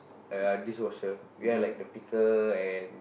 uh dishwasher we are like the picker and